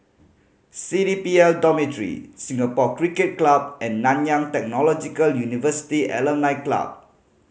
C D P L Dormitory Singapore Cricket Club and Nanyang Technological University Alumni Club